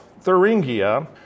Thuringia